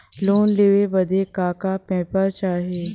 Loan लेवे बदे का का पेपर चाही?